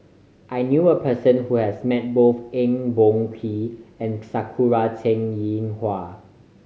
I knew a person who has met both Eng Boh Kee and Sakura Teng Ying Hua